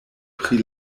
pri